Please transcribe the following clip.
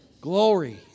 Glory